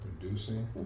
Producing